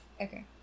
Okay